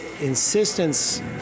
insistence